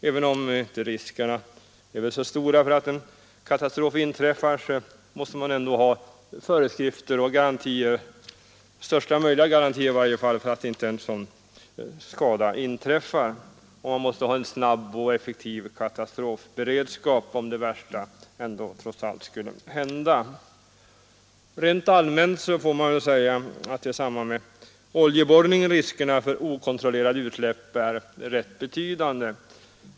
Även om riskerna för en katastrof inte är så stora måste man ändå ha föreskrifter och i varje fall största möjliga garantier för att en skada inte skall inträffa. Man måste också ha en snabb och effektiv katastrofberedskap om det värsta trots allt skulle hända. Rent allmänt får man väl säga att i samband med oljeborrning riskerna för okontrollerade utsläpp är rätt betydande.